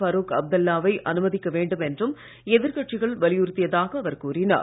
பரூக் அப்துல்லாவை அனுமதிக்க வேண்டும் என்றும் எதிர்க் கட்சிகள் வலியுறுத்தியதாக அவர் கூறினார்